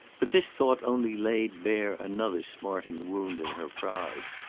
but this thought only laid bare another smarting wound in her pride.